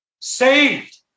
Saved